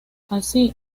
así